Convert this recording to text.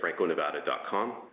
FrancoNevada.com